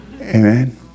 Amen